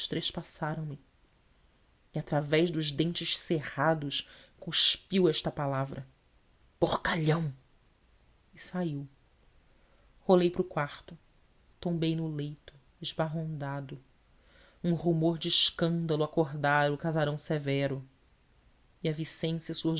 e através dos dentes cerrados cuspiu esta palavra porcalhão e saiu rolei para o quarto tombei no leito esbarrondado um rumor de escândalo acordara o casarão severo e a vicência